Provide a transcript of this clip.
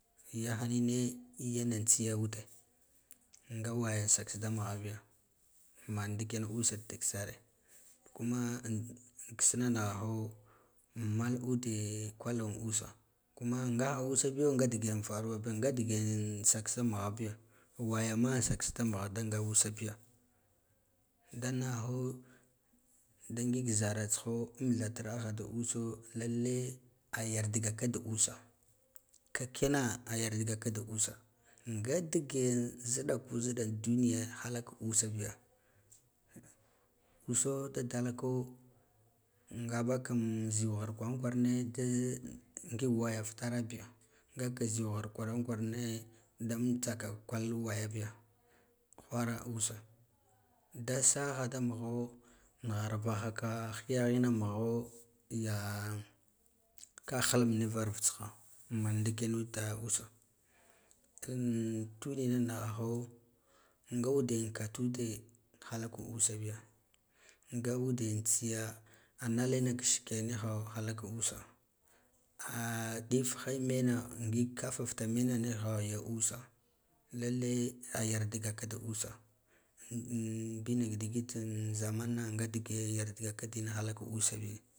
Yannine yene tsiya ude nga waya sakda mugha biya manndiken usa dak sare kuma an kissna nighaho mal ude kal in usa kan kuma ngahan usabiyo nga degen faruwabi nga degen sak da nugha biya wayama an sak da mugha da nga usa biya da nmaho da ngig zara tsiho an thataraha da uso lalle a yardagaka da usa kakina a gardaka da usa nga dige ziɗaku ziɗan duniya halak usa biya uso da dalka ngabakan ziwa kwaran kwarane da ngig waya futarbiya ngaka ziwa ngir kwaran kwarane dam mitsaka kalwaya biya whara usa da saha da mugho narvahaka kihin na mugho ya ka halim nav arv tsiha man ndikenuda usa kin duniyana nighaho nga ude katuɗe halak usa biya nga uden tsiya anal ina ka shike niha halak usa ahh difhe mena ngig kaf futamena niho ya usa lalle a yaro gaka ka usa an ɓina ka digitin zanran na nga dige bardgaka dine halak usabi.